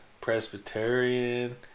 Presbyterian